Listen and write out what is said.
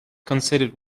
considered